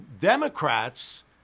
Democrats